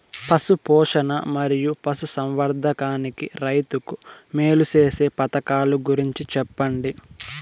పశు పోషణ మరియు పశు సంవర్థకానికి రైతుకు మేలు సేసే పథకాలు గురించి చెప్పండి?